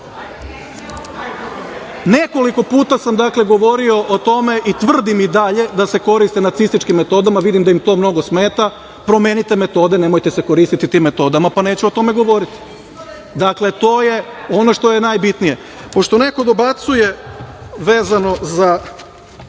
faza. Nekoliko puta sam govorio o tome i tvrdim i dalje da se koriste nacističkim metodama. Vidim da im to mnogo smeta. Promenite metode. Nemojte se koristiti tim metodama, pa neću o tome govoriti. Dakle, to je ono što je najbitnije. Pošto neko dobacuje vezano za